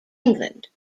england